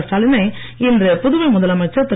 ஸ்டாலினை இன்று புதுவை முதலமைச்சர் திரு